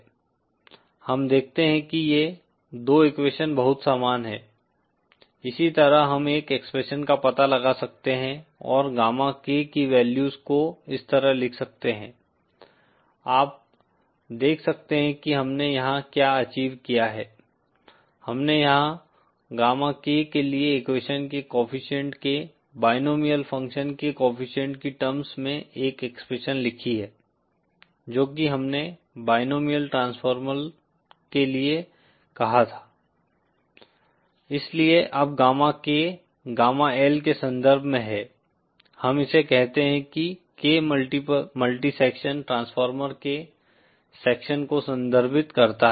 हम देखते हैं कि ये दो एक्वेशन बहुत समान हैं इसी तरह हम एक एक्सप्रेशन का पता लगा सकते हैं और गामा k की वैल्यूज को इस तरह लिख सकते हैं आप देख सकते हैं कि हमने यहां क्या अचीव किया है हमने यहां गामा k के लिए एक्वेशन के कोएफ़िशिएंट के बायनोमिअल फंक्शन के कोएफ़िशिएंट की टर्म्स में एक एक्सप्रेशन लिखी है जो की हमने बायनोमिअल ट्रांसफार्मर के लिए कहा था और इसलिए अब गामा K गामा L के संदर्भ में है हम इसे कहते हैं कि K मल्टी सेक्शन ट्रांसफार्मर के सेक्शन को संदर्भित करता है